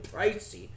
pricey